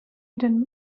denied